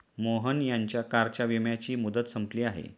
मोहन यांच्या कारच्या विम्याची मुदत संपली आहे